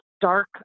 dark